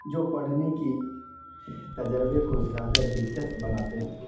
جو پڑھنے کی تجربے کو زیادہ دلچسپ بناتے ہیں